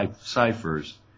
ciphers